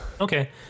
okay